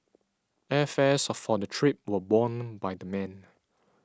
airfares for the trip were borne by the men